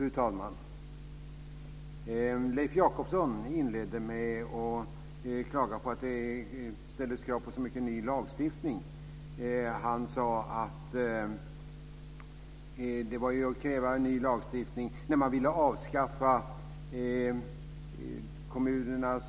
Fru talman! Leif Jakobsson inledde med att klaga på att det ställdes krav på så mycket ny lagstiftning. Han sade att det var att kräva en ny lagstiftning när man ville avskaffa kommunernas